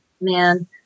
man